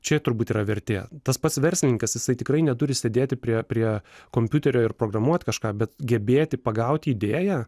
čia turbūt yra vertė tas pats verslininkas jisai tikrai neturi sėdėti prie prie kompiuterio ir programuot kažką bet gebėti pagauti idėją